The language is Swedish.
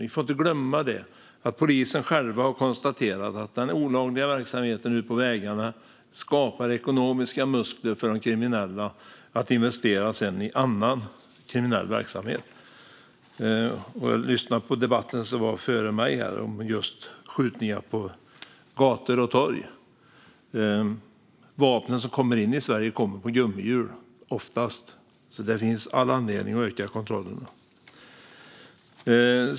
Vi får inte glömma det som polisen själv har konstaterat, nämligen att den olagliga verksamheten på vägarna skapar ekonomiska muskler för de kriminella att investera i annan kriminell verksamhet. Jag lyssnade på den föregående interpellationsdebatten om skjutningar på gator och torg. De vapen som kommer in i Sverige kommer oftast på gummihjul, så det finns all anledning att öka kontrollen.